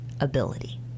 ability